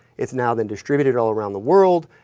it's now the distributed all around the world.